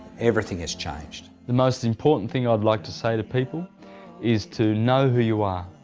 everything has changed. the most important things i'd like to say to people is to know who you are,